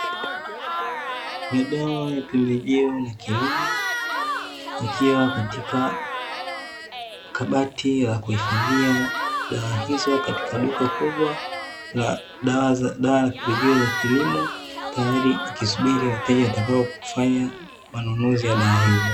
Ni dawa ya pembejeo ya kilimo ikiwa katika kabati la kuhifadhia dawa hizo katika duka kubwa la dawa, za dawa ya pembejeo za kilimo tayari ikisubiri wateja watakaofanya manunuzi ya dawa hizo.